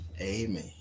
Amen